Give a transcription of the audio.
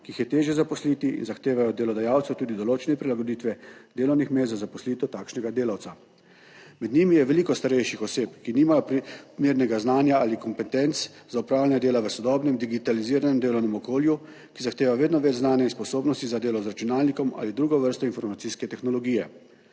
ki jih je težje zaposliti in zahtevajo od delodajalcev tudi določene prilagoditve delovnih mest za zaposlitev takšnega delavca. Med njimi je veliko starejših oseb, ki nimajo primernega znanja ali kompetenc za opravljanje dela v sodobnem digitaliziranem delovnem okolju, ki zahteva vedno več znanja in sposobnosti za delo z računalnikom ali drugo vrsto informacijske tehnologije.